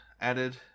added